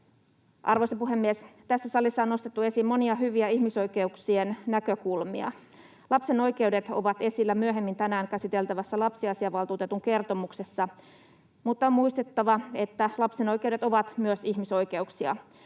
Arvoisa puhemies! Tässä salissa on nostettu esiin monia hyviä ihmisoikeuksien näkökulmia. Lapsen oikeudet ovat esillä myöhemmin tänään käsiteltävässä lapsiasiavaltuutetun kertomuksessa, mutta on muistettava, että lapsen oikeudet ovat myös ihmisoikeuksia.